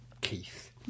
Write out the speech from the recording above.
Keith